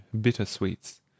bitter-sweets